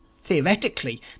Theoretically